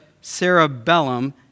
cerebellum